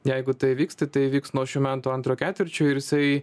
jeigu tai įvyks tai įvyks nuo šių metų antro ketvirčio ir jisai